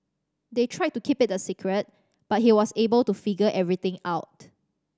they tried to keep it a secret but he was able to figure everything out